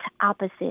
opposite